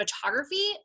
photography